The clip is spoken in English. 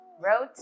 wrote